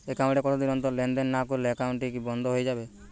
Account এ কতদিন অন্তর লেনদেন না করলে একাউন্টটি কি বন্ধ হয়ে যাবে?